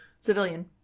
Civilian